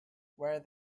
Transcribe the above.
where